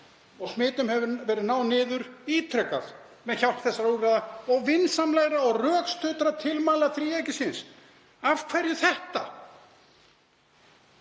Smitum hefur verið náð niður ítrekað með hjálp þessara úrræða og vinsamlegra og rökstuddra tilmæla þríeykisins. Af hverju þetta?